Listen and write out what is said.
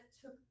took